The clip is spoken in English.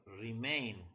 remain